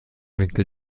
winkel